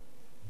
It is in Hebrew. יש לי תחושה,